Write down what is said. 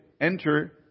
Enter